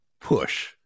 push